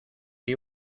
qué